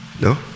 No